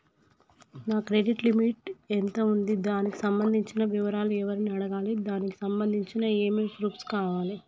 నా credit limit ఎంత ఉంది? దానికి సంబంధించిన వివరాలు ఎవరిని అడగాలి? దానికి సంబంధించిన ఏమేం ప్రూఫ్స్ కావాలి?